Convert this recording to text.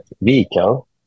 vehicle